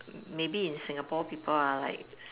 maybe in Singapore people are like